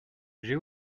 j’ai